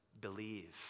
believe